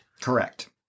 Correct